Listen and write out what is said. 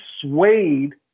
swayed